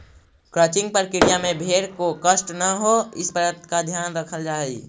crutching प्रक्रिया में भेंड़ को कष्ट न हो, इस बात का ध्यान रखल जा हई